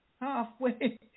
halfway